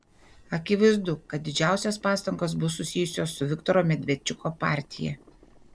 akivaizdu kad didžiausios pastangos bus susijusios su viktoro medvedčiuko partija